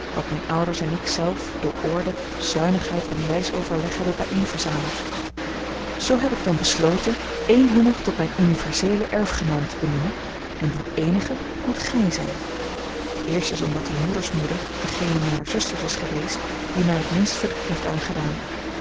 wat mijne ouders en ik zelve door orde zuinigheid en wijs overleg hebben bijeenverzameld zoo heb ik dan besloten een hunner tot mijn universeelen erfgenaam te benoemen en die eenige moet gij zijn eerstens omdat uw moeders moeder degene mijner zusters is geweest die mij het minste verdriet heeft aangedaan